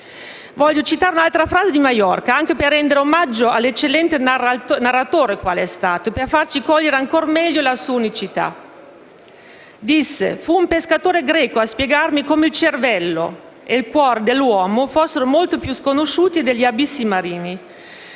Voglio citare un'altra frase di Maiorca anche per rendere omaggio all'eccellente narratore qual è stato e per farci cogliere ancor meglio la sua unicità. Disse: «Fu un pescatore greco a spiegarmi come il cervello e il cuore dell'uomo fossero molto più sconosciuti degli abissi marini.